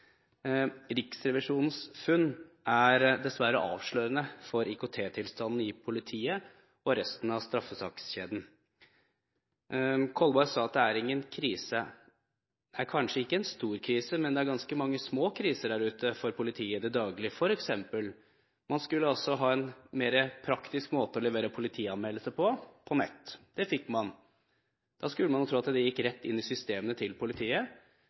Riksrevisjonens funn er dessverre avslørende for IKT-tilstanden i politiet og resten av straffesakskjeden. Kolberg sa at det er ingen krise. Det er kanskje ikke en stor krise, men det er ganske mange små kriser der ute for politiet i det daglige. For eksempel skulle man altså ha en mer praktisk måte å levere politianmeldelser på: på nett. Det fikk man. Da skulle man tro at det gikk rett inn i systemene til politiet.